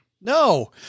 No